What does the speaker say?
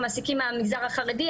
המעסיקים מהמגזר החרדי,